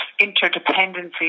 interdependencies